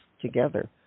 together